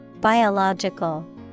Biological